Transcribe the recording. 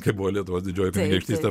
kai buvo lietuvos didžioji kunigaikštystė